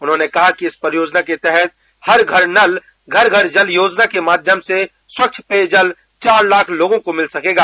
उन्होंने कहा कि इसी परियोजना के तहत हल घर नल घर घर जल योजना के माध्यम से स्वच्छ पेयजल चार लाख लोगों को मिल सकेगा